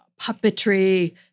puppetry